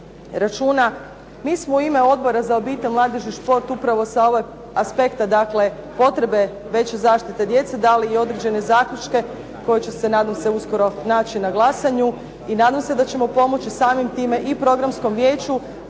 Mi smo u ime Odbora za obitelj, mladež i šport upravo sa ovog aspekta dakle potrebe veće zaštite djece dali i određene zaključke koji će se, nadam se, uskoro naći na glasanju i nadam se da ćemo pomoći samim time i Programskom vijeću